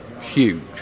huge